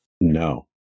No